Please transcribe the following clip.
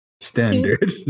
standard